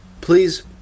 please